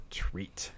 treat